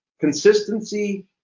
consistency